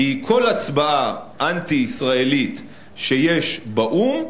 כי כל הצבעה אנטי-ישראלית שיש באו"ם,